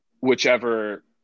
whichever